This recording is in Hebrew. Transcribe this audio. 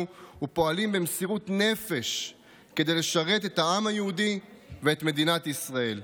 ופועלים במסירות נפש כדי לשרת את העם היהודי ואת מדינת ישראל.